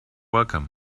welcome